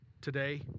today